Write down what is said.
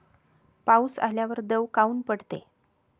पाऊस आल्यावर दव काऊन पडते?